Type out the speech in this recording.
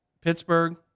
Pittsburgh